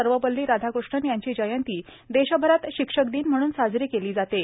सर्वपल्ली राधाकृष्णन यांची जयंती देशभरात शिक्षक दिन म्हणून साजरी केली जाते